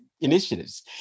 initiatives